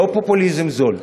לא פופוליזם זול: